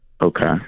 Okay